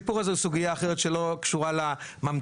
הסיפור הזה הוא סוגיה אחרת שלא קשורה לממתינים,